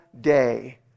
day